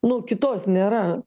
nu kitos nėra